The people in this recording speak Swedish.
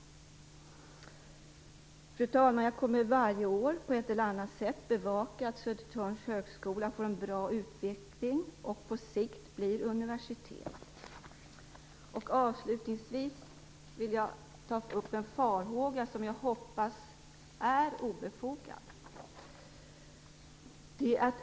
Fru talman! Jag kommer varje år på ett eller annat sätt bevaka att Södertörns högskola får en bra utveckling och på sikt blir universitet. Avslutningsvis vill jag ta upp en farhåga som jag hoppas är obefogad.